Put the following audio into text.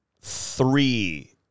three